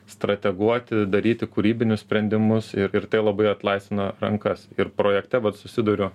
strateguoti daryti kūrybinius sprendimus ir ir tai labai atlaisvino rankas ir projekte vat susiduriu